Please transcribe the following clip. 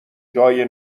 جای